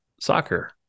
soccer